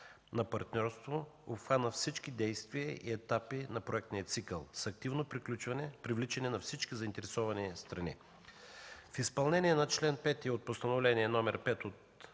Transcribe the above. на партньорство обхвана всички действия и етапи на проектния цикъл с активно привличане на всички заинтересовани страни. В изпълнение на чл. 5 от Постановление № 5 от